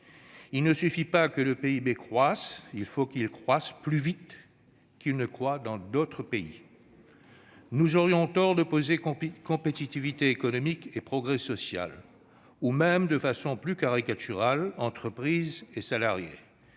Il ne suffit pas que le PIB croisse ; il faut qu'il croisse plus vite qu'il ne croît dans d'autres pays. Nous aurions tort d'opposer compétitivité économique et progrès social, ou même, de façon plus caricaturale, entreprises et salariés.